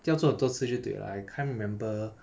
要做很多次就对了 I can't remember